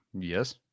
yes